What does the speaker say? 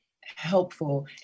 helpful